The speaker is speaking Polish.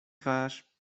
twarz